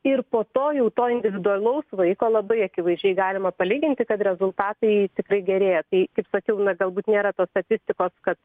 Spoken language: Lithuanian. ir po to jau to individualaus vaiko labai akivaizdžiai galima palyginti kad rezultatai tikrai gerėja tai kaip sakiau na galbūt nėra tos statistikos kad